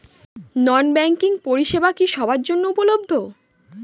নন banking পরিষেবা কি সবার জন্য উপলব্ধ?